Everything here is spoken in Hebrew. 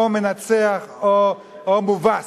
או מנצח או מובס?